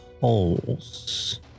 holes